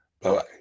Bye-bye